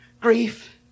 grief